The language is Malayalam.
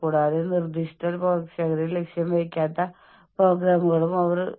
വീണ്ടും പറയട്ടെ ഞാൻ പരിശീലനം ലഭിച്ച സ്ട്രെസ് റിലീവറോ റിലാക്സേഷൻ തെറാപ്പിസ്റ്റോ അല്ല